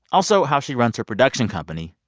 also, how she runs her production company,